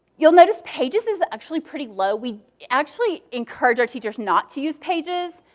you'll notice pages is actually pretty low. we actually encourage our teachers not to use pages.